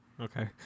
Okay